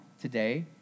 today